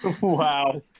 wow